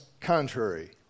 contrary